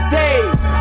days